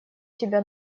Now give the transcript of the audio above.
тебя